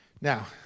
Now